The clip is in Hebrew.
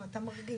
אם אתה מרגיש,